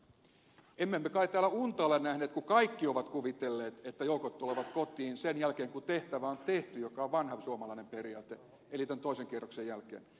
emme me kai täällä unta ole nähneet kun kaikki ovat kuvitelleet että joukot tulevat kotiin sen jälkeen kun tehtävä on tehty joka on vanha suomalainen periaate eli tämän toisen kierroksen jälkeen